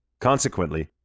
Consequently